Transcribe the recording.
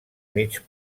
mig